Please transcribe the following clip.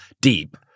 deep